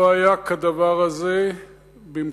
לא היה כדבר הזה במקומנו,